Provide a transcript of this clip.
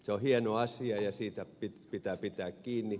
se on hieno asia ja siitä pitää pitää kiinni